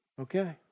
Okay